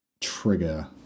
trigger